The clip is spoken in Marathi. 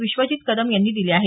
विश्वजित कदम यांनी दिले आहेत